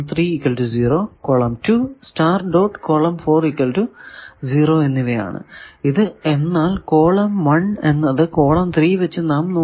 ഇപ്പോൾ എന്നിവയാണ് ഇത് എന്നാൽ കോളം 1 എന്നത് കോളം 3 വച്ച് നാം നോക്കുന്നു